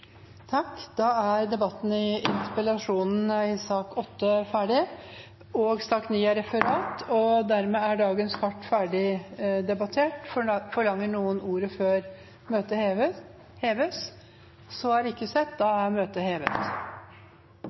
Da er debatten i sak nr. 8 ferdig. Det foreligger ikke noe referat. Dermed er sakene på dagens kart ferdigbehandlet. Forlanger noen ordet før møtet heves? – Møtet er hevet.